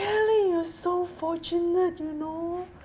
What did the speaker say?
you're so fortunate you know